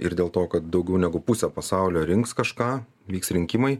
ir dėl to kad daugiau negu pusė pasaulio rinks kažką vyks rinkimai